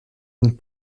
une